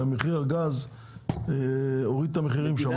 שמחיר הגז הוריד את המחירים שם.